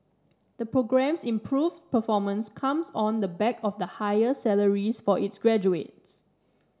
the programme's improved performance comes on the back of higher salaries for its graduates